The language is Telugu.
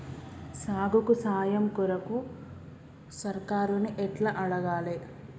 సాగుకు సాయం కొరకు సర్కారుని ఎట్ల అడగాలే?